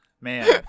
man